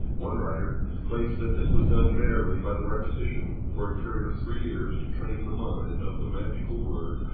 one writer claims that this was done merely by the repetition, for a period of three years to train the mind, of the magical word